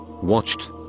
Watched